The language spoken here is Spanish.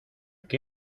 qué